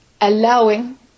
allowing